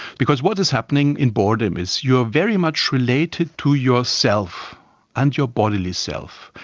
because what is happening in boredom is you are very much related to yourself and your bodily self.